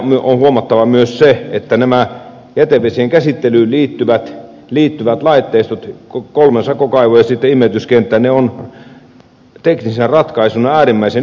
on huomattava myös se että nämä jätevesien käsittelyyn liittyvät laitteistot kolme sakokaivoa ja imeytyskenttä ovat teknisenä ratkaisuna äärimmäisen yksinkertaisia